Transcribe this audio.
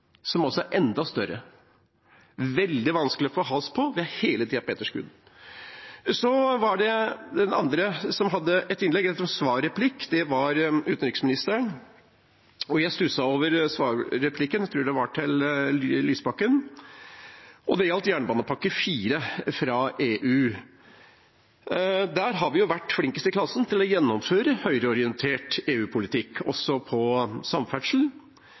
som er enda større og veldig vanskelig å få has på. Vi er hele tida på etterskudd. Så var det det andre innlegget. Jeg tror det var en svarreplikk fra utenriksministeren til Lysbakken jeg stusset over. Det gjaldt jernbanepakke IV fra EU. Der har vi jo vært flinkest i klassen til å gjennomføre høyreorientert EU-politikk, også på samferdsel.